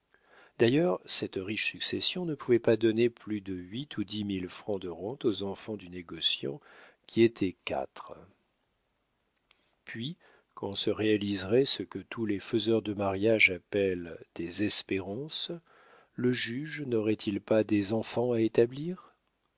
d'ailleurs cette riche succession ne pouvait pas donner plus de huit ou dix mille francs de rente aux enfants du négociant qui étaient quatre puis quand se réaliserait ce que tous les faiseurs de mariage appellent des espérances le juge n'aurait-il pas des enfants à établir